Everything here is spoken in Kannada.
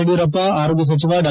ಯುಡಿಯೂರಪ್ಪ ಆರೋಗ್ಯ ಸಚಿವ ಡಾ